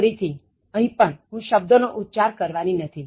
ફરીથી હું શબ્દો નો ઉચ્ચાર કરવાની નથી